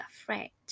afraid